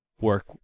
work